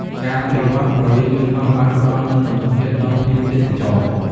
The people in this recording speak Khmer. ការអភិវឌ្ឍព្រលានយន្តហោះបានផ្តល់នូវទំនុកចិត្តដល់ភ្ញៀវទេសចរ។